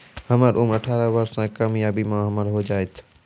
हमर उम्र अठारह वर्ष से कम या बीमा हमर हो जायत?